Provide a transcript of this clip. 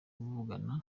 kuvugana